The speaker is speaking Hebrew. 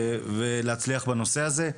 ולהצליח בנושא הזה.